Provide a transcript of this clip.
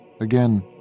Again